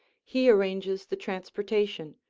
he arranges the transportation,